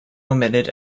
omitted